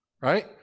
Right